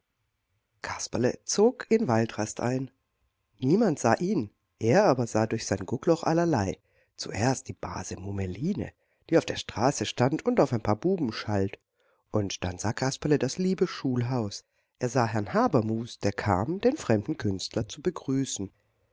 kasperle zog in waldrast ein niemand sah ihn er aber sah durch sein guckloch allerlei zuerst die base mummeline die auf der straße stand und auf ein paar buben schalt und dann sah kasperle das liebe schulhaus er sah herrn habermus der kam den fremden künstler zu begrüßen